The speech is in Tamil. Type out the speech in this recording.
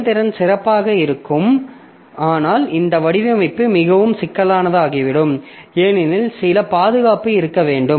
செயல்திறன் சிறப்பாக இருக்கும் ஆனால் இந்த வடிவமைப்பு மிகவும் சிக்கலானதாகிவிடும் ஏனெனில் சில பாதுகாப்பு இருக்க வேண்டும்